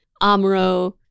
AMRO